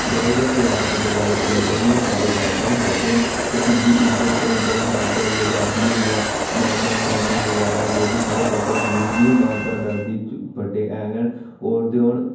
बड़े गै प्यार कन्नै गल्ल करनी चाहिदी जि'यां हून साढ़े दादा न बड्डे न ते उं'दी इज्जत करनी चाहिदी दादा होई गे दादी होई गेइयां नाना नानी बगैरा जो बी साढ़े बड्डे जरूरी निं ऐ दादा दादी बड्डे है गै न होर तो होर